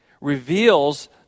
reveals